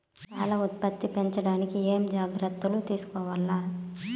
పాల ఉత్పత్తి పెంచడానికి ఏమేం జాగ్రత్తలు తీసుకోవల్ల?